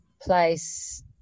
place